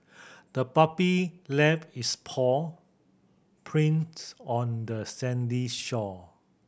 the puppy left its paw prints on the sandy shore